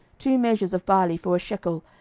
two measures of barley for a shekel,